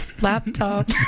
laptop